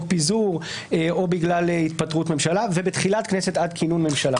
פיזור או בגלל התפטרות ממשלה ובתחילת כנסת עד כינון ממשלה.